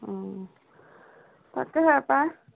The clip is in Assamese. অঁ তাকেহে পাই